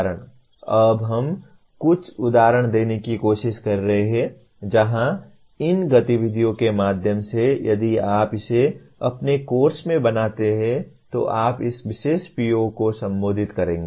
अब हम कुछ उदाहरण देने की कोशिश कर रहे हैं जहां इन गतिविधियों के माध्यम से यदि आप इसे अपने कोर्स में बनाते हैं तो आप इस विशेष PO को संबोधित करेंगे